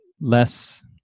less